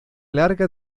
larga